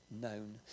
known